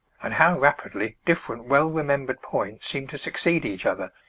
and how rapidly different well-remembered points seem to succeed each other,